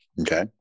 Okay